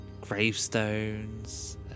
gravestones